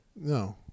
No